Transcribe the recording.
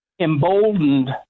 emboldened